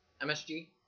MSG